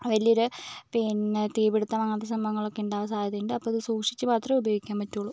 വലിയൊരു പിന്നെ തീപിടിത്തം അങ്ങനത്തെ സംഭവങ്ങൾ ഒക്കെ ഉണ്ടാവാൻ സാധ്യത ഉണ്ട് അപ്പം ഇത് സൂക്ഷിച്ച് മാത്രമേ ഉപയോഗിക്കാൻ പറ്റൂള്ളൂ